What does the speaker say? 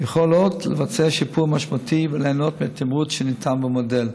יכולות לבצע שיפור משמעותי וליהנות מהתמרוץ שניתן במודל,